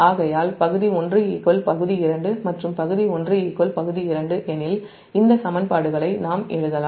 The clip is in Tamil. ஆகையால் பகுதி 1 பகுதி 2 மற்றும் பகுதி 1 பகுதி 2 எனில் இந்த சமன்பாடுகளை நாம் எழுதலாம்